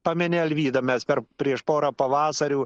pameni alvyda mes per prieš porą pavasarių